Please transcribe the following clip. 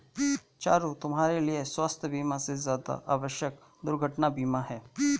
चारु, तुम्हारे लिए स्वास्थ बीमा से ज्यादा आवश्यक दुर्घटना बीमा है